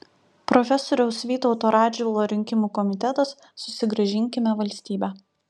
profesoriaus vytauto radžvilo rinkimų komitetas susigrąžinkime valstybę